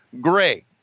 gray